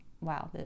wow